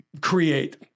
create